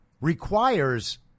requires